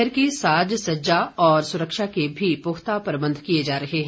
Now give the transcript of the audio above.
शहर की साज सज्जा और सुरक्षा के भी पुख्ता प्रबंध किए जा रहे हैं